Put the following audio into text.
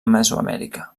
mesoamèrica